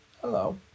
Hello